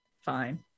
fine